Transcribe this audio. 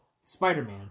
Spider-Man